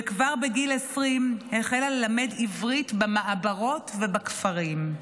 וכבר בגיל 20 החלה ללמד עברית במעברות ובכפרים.